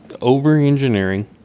Over-engineering